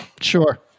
Sure